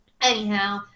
Anyhow